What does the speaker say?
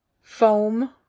foam